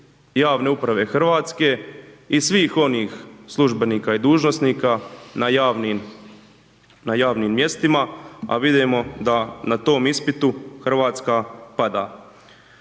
javne uprave RH i svih onih službenika i dužnosnika na javnim mjestima, a vidimo da na tom ispitu RH pada.